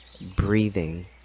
breathing